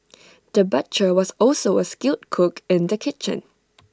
the butcher was also A skilled cook in the kitchen